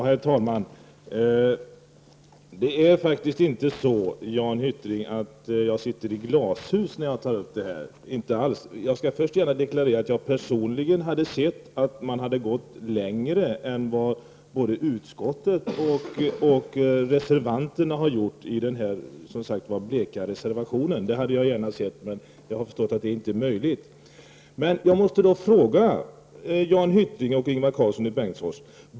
Herr talman! Det är faktiskt så, Jan Hyttring, att jag inte sitter i glashus när jag diskuterar denna fråga — inte alls. Först skall jag deklarera att jag personligen gärna hade sett att man gått längre än vad både utskottet och reservanterna i den här bleka reservationen har gjort. Men jag har förstått att det inte var möjligt att göra så.